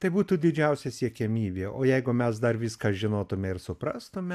tai būtų didžiausia siekiamybė o jeigu mes dar viską žinotume ir suprastume